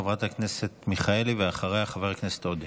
חברת הכנסת מיכאלי, ואחריה, חבר הכנסת עודה.